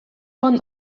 von